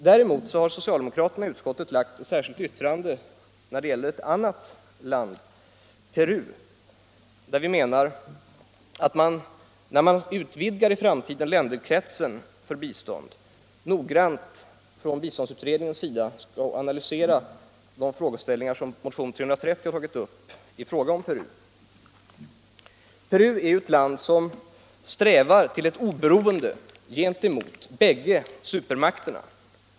Däremot har socialdemokraterna i utskottet avgivit ett särskilt yttrande i fråga om ett annat land, Peru, där vi menar att biståndsutredningen, när länderkretsen för bistånd utvidgas, noggrant skall analysera de frågeställningar som tagits upp i motionen 330. Peru är ett land som strävar efter oberoende gentemot bägge supermakterna.